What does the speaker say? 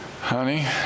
honey